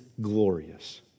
glorious